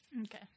okay